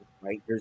right